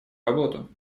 работу